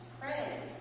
pray